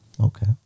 Okay